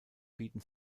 bieten